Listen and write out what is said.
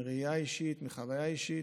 מראייה אישית ומחוויה אישית: